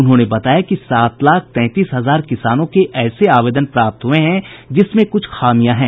उन्होंने बताया कि सात लाख तैंतीस हजार किसानों के ऐसे आवेदन प्राप्त हुए हैं जिसमें कुछ खामियां हैं